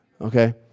okay